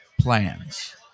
plans